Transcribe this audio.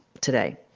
today